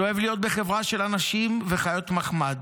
שאוהב להיות בחברה של אנשים וחיות מחמד,